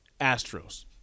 Astros